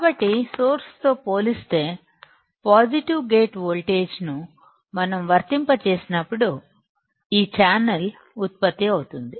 కాబట్టి సోర్స్ తో పోలిస్తే పాజిటివ్ గేట్ వోల్టేజ్ ను మనం వర్తింపజేసినప్పుడు ఈ ఛానల్ ఉత్పత్తి అవుతుంది